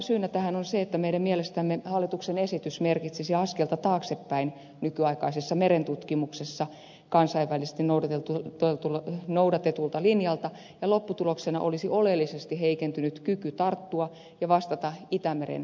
syynä tähän on se että meidän mielestämme hallituksen esitys merkitsisi nykyaikaisessa merentutkimuksessa askelta taaksepäin kansainvälisesti noudatetusta linjasta ja lopputuloksena olisi oleellisesti heikentynyt kyky tarttua ja vastata itämeren ympäristöongelmiin